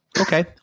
okay